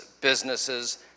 businesses